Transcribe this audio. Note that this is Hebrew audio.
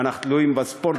ואנחנו תלויים בספורט,